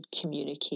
communicate